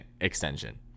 extension